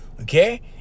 okay